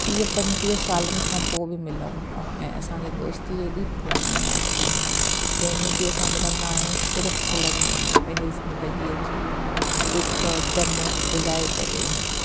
टीह पंटीह सालनि खां पोइ बि मिलूं था ऐं असांजी दोस्ती एॾी पुराणी आहे जंहिं ॾींहुं बि असां मिलंदा आहियूं सिर्फ़ खिलंदा आहियूं पंहिंजे ज़िंदगीअ जे दुख़ ग़म भुलाइ करे